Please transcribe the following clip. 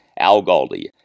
ALGALDI